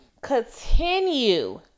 Continue